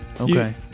okay